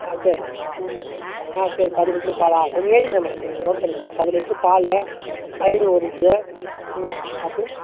ஆ சரி ஆ சரி பத்து லிட்ரு பாலா கொஞ்சம் எழுதிக்கிறேன் மேடம் கொஞ்சம் நோட் பண்ணிக்கினேன் பத்து லிட்ரு பால் தயிர் ஒரு லிட்ரு ம் அடுத்து